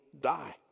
die